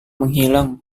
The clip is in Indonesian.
menghilang